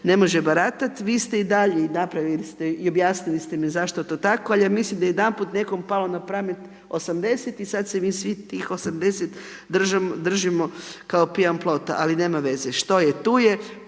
ne može baratati. Vi ste i dalje i napravili ste i objasnili ste mi zašto je to tako ali ja mislim jedanput je nekom palo na pamet 80 i sada se mi svi tih 80 držimo kao pijan plota. Ali nema veze, što je tu je.